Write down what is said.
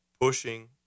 pushing